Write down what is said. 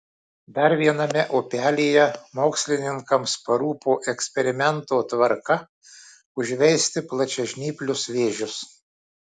dar viename upelyje mokslininkams parūpo eksperimento tvarka užveisti plačiažnyplius vėžius